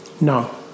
No